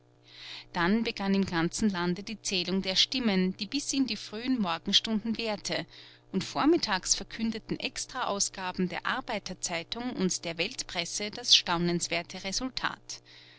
dann begann im ganzen lande die zählung der stimmen die bis in die frühen morgenstunden währte und vormittags verkündeten extra ausgaben der arbeiter zeitung und der weltpresse das staunenswerte resultat